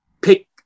pick